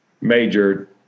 major